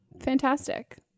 fantastic